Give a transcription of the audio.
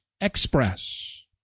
Express